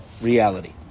reality